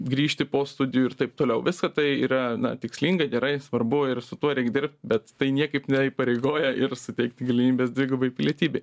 grįžti po studijų ir taip toliau visa tai yra tikslinga gerai svarbu ir su tuo reik dirbt bet tai niekaip neįpareigoja ir suteikti galimybes dvigubai pilietybei